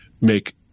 make